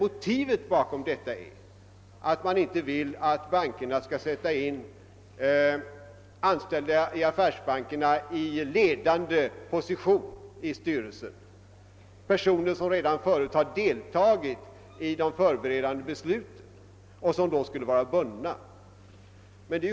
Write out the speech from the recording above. Motivet härför är att man vill att bankerna inte skall kunna sätta in anställda i ledande position i styrelserna, dvs. personer som deltagit i de förberedande besluten och som alltså skulle vara bundna i styrelsen.